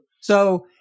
So-